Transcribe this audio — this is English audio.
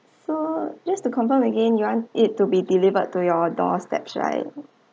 so just to confirm again you want it to be delivered to your door steps right